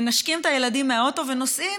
מנשקים את הילדים מהאוטו ונוסעים,